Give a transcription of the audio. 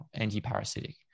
antiparasitic